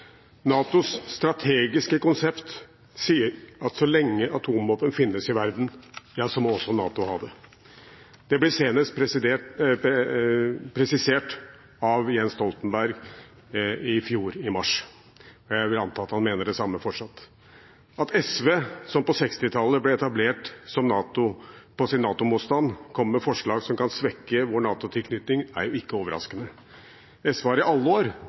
NATOs strategiske konsept sier at så lenge atomvåpen finnes i verden, ja, så må også NATO ha det. Det ble senest presisert av Jens Stoltenberg i mars i fjor. Jeg vil anta at han mener det samme fortsatt. At SV, som på 1960-tallet ble etablert på sin NATO-motstand, kommer med forslag som kan svekke vår NATO-tilknytning, er ikke overraskende. SV har i alle år